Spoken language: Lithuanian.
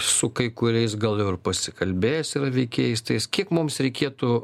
su kai kuriais gal ir pasikalbės veikėjais tais kiek mums reikėtų